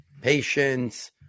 patience